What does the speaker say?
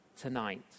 tonight